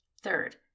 Third